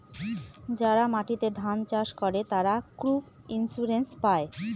যারা মাটিতে ধান চাষ করে, তারা ক্রপ ইন্সুরেন্স পায়